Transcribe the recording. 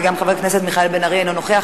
וגם חבר הכנסת מיכאל בן-ארי אינו נוכח,